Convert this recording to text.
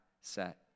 set